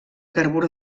carbur